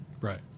Right